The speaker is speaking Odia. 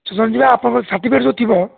ଛଅ ଜଣ ଯିବା ଆପଣଙ୍କ ସାର୍ଟିଫିକେଟ୍ ସବୁ ଥିବ